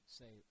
say